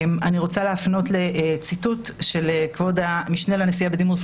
אני רוצה להפנות לציטוט של כבוד המשנה לנשיאה בדימוס,